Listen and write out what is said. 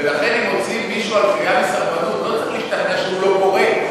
ולכן אם מוציאים מישהו על קריאה לסרבנות לא צריך להשתכנע שהוא לא קורא,